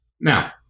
Now